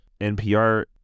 NPR